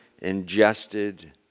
ingested